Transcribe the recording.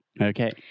Okay